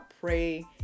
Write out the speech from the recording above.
pray